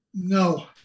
No